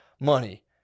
money